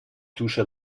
touche